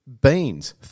Beans